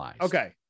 okay